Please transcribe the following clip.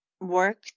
Work